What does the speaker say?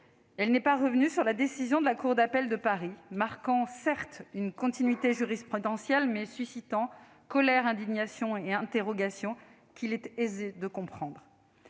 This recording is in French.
Elle n'est pas revenue sur la décision de la cour d'appel de Paris, marquant certes une continuité jurisprudentielle, mais suscitant une colère, une indignation et des interrogations qu'il est aisé de comprendre.